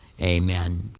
Amen